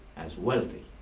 as wealthy